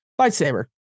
lightsaber